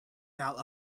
tell